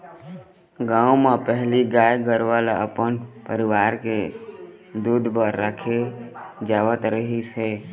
गाँव म पहिली गाय गरूवा ल अपन परिवार के दूद बर राखे जावत रहिस हे